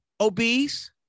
obese